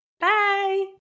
Bye